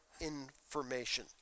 information